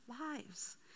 lives